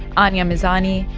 anya mizani,